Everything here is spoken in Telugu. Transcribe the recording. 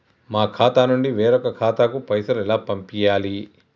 మా ఖాతా నుండి వేరొక ఖాతాకు పైసలు ఎలా పంపియ్యాలి?